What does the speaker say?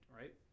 right